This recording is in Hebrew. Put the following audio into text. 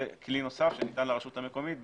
זה כלי נוסף שניתן לרשות המקומית.